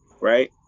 Right